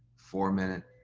four minute,